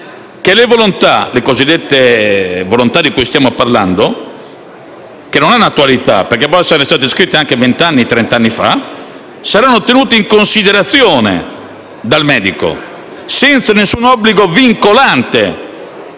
che le cosiddette volontà di cui stiamo parlando, che non hanno attualità, perché possono essere state scritte anche venti o trent'anni prima, saranno tenute in considerazione dal medico, senza nessun obbligo vincolante.